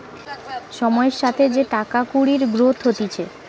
সময়ের সাথে যে টাকা কুড়ির গ্রোথ হতিছে